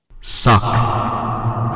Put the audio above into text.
Suck